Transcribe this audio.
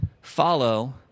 follow